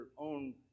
own